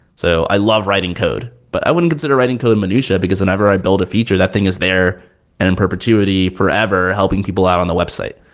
so i love writing code, but i wouldn't consider writing code minutia, because whenever i build a feature, that thing is there and in perpetuity forever helping people out on the website.